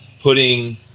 putting